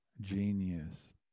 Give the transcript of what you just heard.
genius